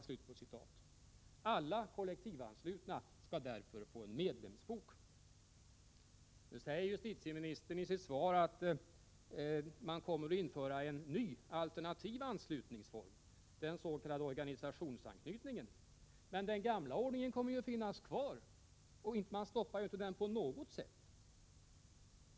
Alla kollektivanslutna skall därför få en medlemsbok. Nu säger justitieministern i sitt svar att man kommer att införa en alternativ anslutningsform, den s.k. organisationsanknytningen. Men den gamla ordningen kommer ju att finnas kvar — inte på något sätt stoppar man den.